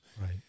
Right